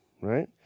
right